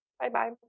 bye-bye